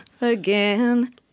again